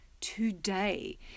today